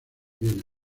viena